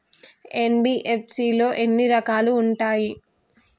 NBFC లో ఎన్ని రకాలు ఉంటాయి?